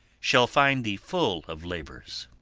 shall find thee full of labours.